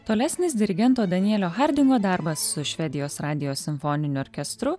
tolesnis dirigento danielio hardingo darbas su švedijos radijo simfoniniu orkestru